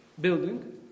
building